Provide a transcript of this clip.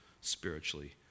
spiritually